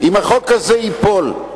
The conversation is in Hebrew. אם החוק הזה ייפול,